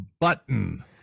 button